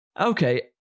Okay